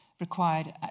required